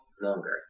longer